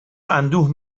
اندوه